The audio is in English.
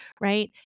Right